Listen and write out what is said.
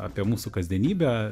apie mūsų kasdienybę